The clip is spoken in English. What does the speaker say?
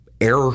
air